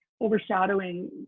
overshadowing